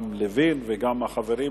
גם לוין וגם החברים,